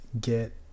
get